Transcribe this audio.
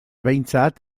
behintzat